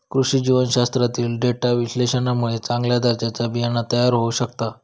कृषी जीवशास्त्रातील डेटा विश्लेषणामुळे चांगल्या दर्जाचा बियाणा तयार होऊ शकता